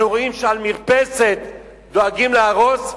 אנחנו רואים שמרפסת דואגים להרוס,